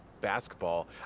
basketball